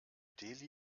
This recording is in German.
delhi